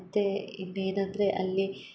ಮತ್ತು ಇನ್ನೇನಂದರೆ ಅಲ್ಲಿ